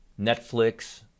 netflix